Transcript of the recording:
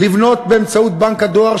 לבנות באמצעות בנק הדואר.